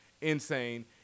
Insane